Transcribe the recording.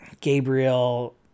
Gabriel